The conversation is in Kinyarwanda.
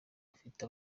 afite